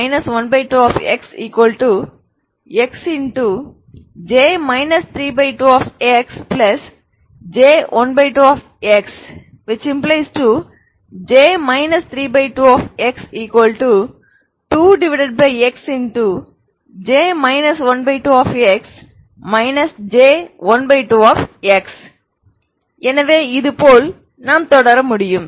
2J 12 xxJ 32xJ12x ⇒ J 32 x2xJ 12x J12x எனவே இது போல் நான் தொடர முடியும்